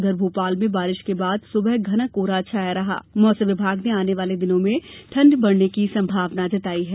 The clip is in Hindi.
इधर भोपाल में बारिश के बाद सुबह घना कोहरा छाया रहा है मौसम विभाग ने आने वाले दिनों में ठंड बढ़ने की संभावना जताई है